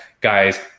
guys